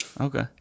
Okay